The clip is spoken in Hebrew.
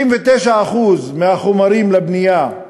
99% מהחומרים לבנייה,